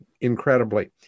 incredibly